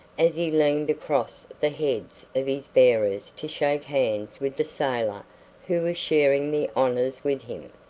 as he leaned across the heads of his bearers to shake hands with the sailor who was sharing the honors with him.